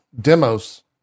demos